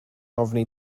ofni